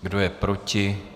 Kdo je proti?